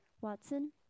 Watson